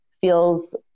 feels